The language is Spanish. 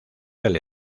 del